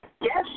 Yes